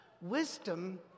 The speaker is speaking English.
Wisdom